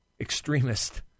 extremist